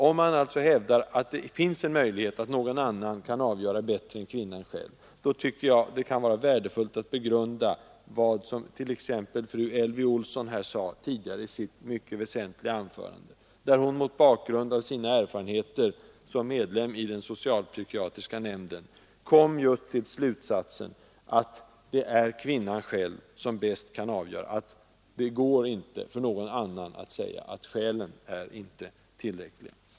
Om man hävdar att det är möjligt att någon annan kan avgöra saken bättre än kvinnan själv, då tycker jag att det kan vara anledning att begrunda vad t.ex. fru Elvy Olsson i Hölö sade i sitt mycket väsentliga anförande, där hon mot bakgrunden av sina erfarenheter som medlem av den socialpsykiatriska nämnden just drog slutsatsen att det är kvinnan som bäst kan avgöra och att det inte går för någon annan att säga, att skälen inte är tillräckliga.